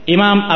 Imam